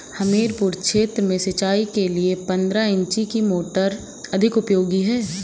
हमीरपुर क्षेत्र में सिंचाई के लिए पंद्रह इंची की मोटर अधिक उपयोगी है?